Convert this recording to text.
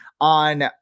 on